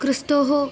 क्रिस्तोः